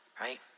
right